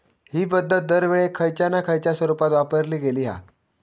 हि पध्दत दरवेळेक खयच्या ना खयच्या स्वरुपात वापरली गेली हा